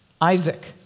Isaac